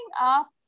up